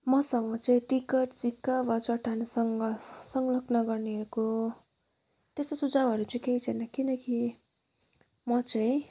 मसँग चाहिँ टिकट सिक्का वा चट्टान सङ्घ सङ्कलन गर्नेहरूको त्यस्तो सुझाउहरू चाहिँ केही छैन किनकि म चाहिँ